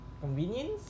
convenience